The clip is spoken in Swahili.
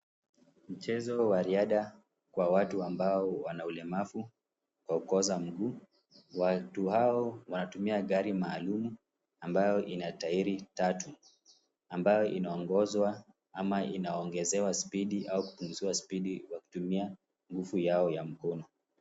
Mchezo wa riadha kwa watu ambao wana ulemavu wa kukosa mguu. Watu hao wanatumia gari maalumu ambayo ina tairi tatu ambayo inaongozwa ama inaongezewa spidi au kupunguziwa spidi kwa kutumia nguvu yao ya mkono.